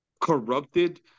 corrupted